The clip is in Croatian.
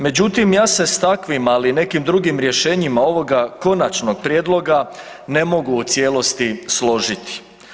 Međutim, ja se s takvim, ali i nekim drugim rješenjima ovoga konačnog prijedloga ne mogu u cijelosti složiti.